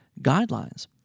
guidelines